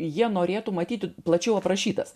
jie norėtų matyti plačiau aprašytas